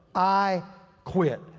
i quit.